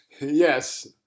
yes